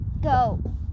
go